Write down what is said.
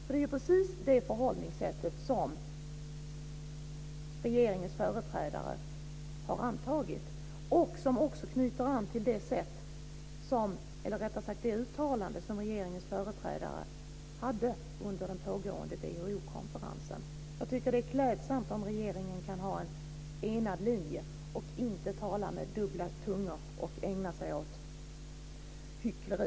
Det är ju precis det förhållningssättet som regeringens företrädare har. Det knyter också an till det uttalande som regeringens företrädare gjorde under den pågående WHO-konferensen. Jag tycker att det vore klädsamt om regeringen kunde ha en enad linje, inte talade med dubbla tungor och inte ägnade sig åt hyckleri.